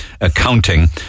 accounting